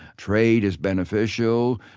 trade is beneficial.